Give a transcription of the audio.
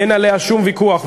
אין עליה שום ויכוח.